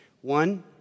One